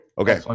Okay